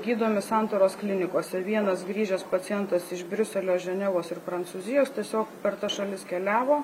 gydomi santaros klinikose vienas grįžęs pacientas iš briuselio ženevos ir prancūzijos tiesiog per tas šalis keliavo